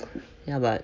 ya but